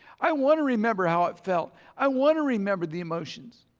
i want to remember how it felt. i want to remember the emotions.